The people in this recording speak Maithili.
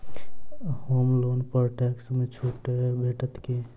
होम लोन पर टैक्स मे छुट भेटत की